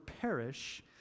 perish